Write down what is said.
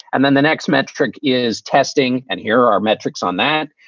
and then the next metric is testing. and here are our metrics on that.